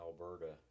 Alberta